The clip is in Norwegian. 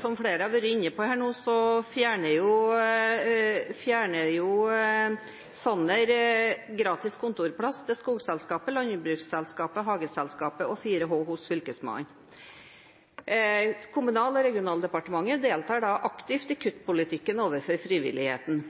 Som flere har vært inne på, fjerner Sanner gratis kontorplass til Skogselskapet, Landbruksselskapet, Hageselskapet og 4H hos Fylkesmannen. Kommunal- og moderniseringsdepartementet deltar da aktivt i kuttpolitikken overfor frivilligheten.